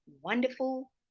wonderful